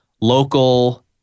local